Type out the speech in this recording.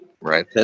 right